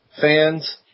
Fans